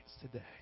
today